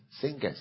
singers